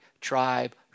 tribe